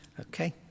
Okay